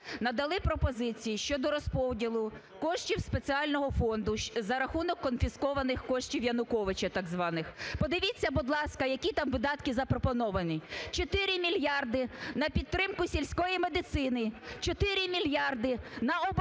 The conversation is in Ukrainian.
надали пропозиції щодо розподілу коштів спеціального фонду за рахунок конфіскованих коштів Януковича так званих. Подивіться, будь ласка, які там видатки запропоновані: 4 мільярди – на підтримку сільської медицини, 4 мільярди – на оборону,